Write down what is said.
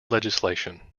legislation